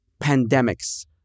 pandemics